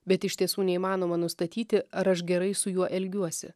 bet iš tiesų neįmanoma nustatyti ar aš gerai su juo elgiuosi